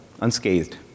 unscathed